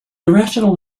irrational